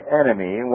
enemy